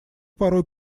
порой